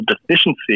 deficiency